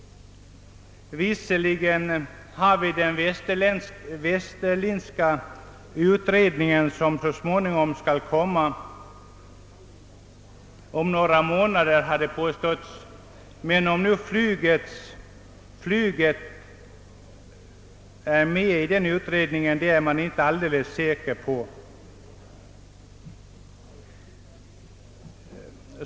Visserligen vet vi att den Westerlindska utredningen så småningom skall avlämna sitt betänkan de — om några månader har det påståtts — men om flyget tagits upp av den utredningen är man inte alldeles säker på.